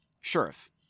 Sheriff